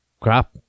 crap